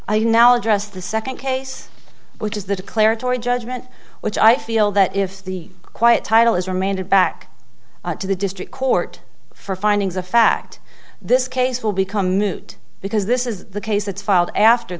i now address the second case which is the declaratory judgment which i feel that if the quiet title is remanded back to the district court for findings of fact this case will become moot because this is the case that's filed after